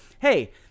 hey